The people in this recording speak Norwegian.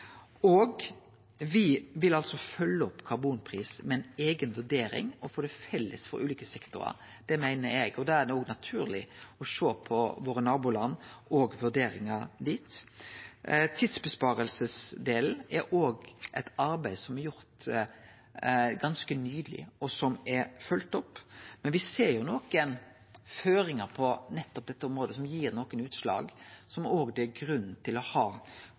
vil altså følgje opp karbonpris med ei eiga vurdering og få han felles for ulike sektorar. Det meiner eg. Da er det òg naturleg å sjå på nabolanda våre og vurderingar der. Tidsinnsparingsdelen er òg eit arbeid som er gjort ganske nyleg, og som er følgt opp. På nettopp dette området ser me jo nokre føringar som gir utslag det òg er grunn til å